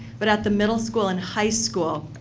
but at the middle school and high school,